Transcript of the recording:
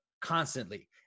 constantly